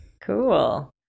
Cool